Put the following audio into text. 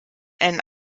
ann